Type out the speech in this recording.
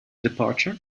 departure